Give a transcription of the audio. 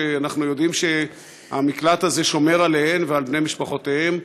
שאנחנו יודעים שהמקלט הזה שומר עליהן ועל בני משפחותיהם,